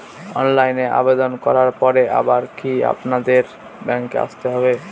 অনলাইনে আবেদন করার পরে আবার কি আপনাদের ব্যাঙ্কে আসতে হবে?